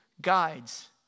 guides